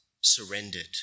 surrendered